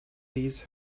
these